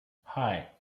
hei